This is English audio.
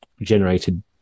generated